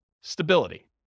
stability